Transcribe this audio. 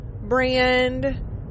brand